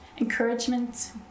encouragement